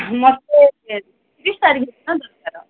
ମୋତେ ତିରିଶ ତାରିଖ ଦିନ ଦରକାର